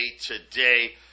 today